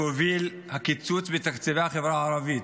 שהוביל את הקיצוץ בתקציבי החברה הערבית,